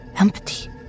empty